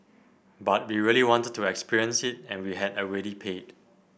but we really wanted to experience it and we had already paid